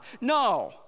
No